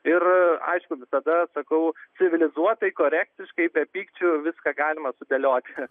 ir aišku visada sakau civilizuotai korektiškai be pykčių viską galima sudėlioti